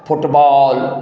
football